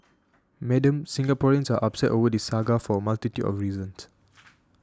Madam Singaporeans are upset over this saga for a multitude of reasons